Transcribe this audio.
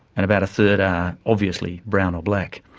and about a third are obviously brown or black.